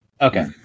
Okay